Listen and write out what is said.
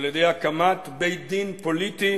על-ידי הקמת בית-דין פוליטי